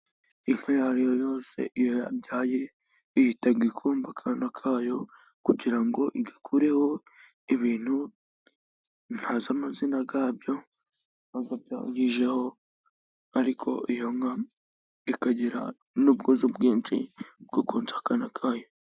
Inka iyo ariyo yose iyo yabyaye ihita ikomba akana kayo kugira ngo igakureho ibintu ntazi amazina yabyo, nubwo byangijeho ariko iyo nka ikagira n'ubwuzu bwinshi bwo konsa akana kayo.